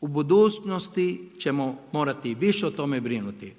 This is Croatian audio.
U budućnosti ćemo morati više o tome brinuti,